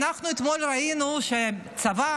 ראינו אתמול שהצבא,